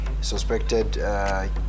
suspected